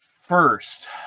First